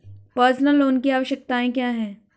Personal loan की आवश्यकताएं क्या हैं?